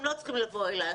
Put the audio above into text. הם לא צריכים לבוא אליך.